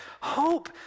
hope